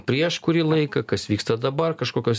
prieš kurį laiką kas vyksta dabar kažkokios